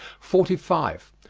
forty five.